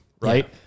right